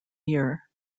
year